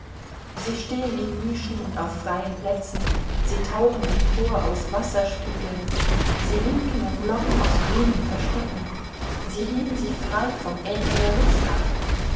sie stehen in nischen und auf freien plätzen sie tauchen empor aus wasserspiegeln sie winken und locken aus grünen verstecken sie heben sich frei vom äther der luft ab